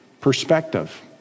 perspective